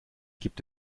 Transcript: gibt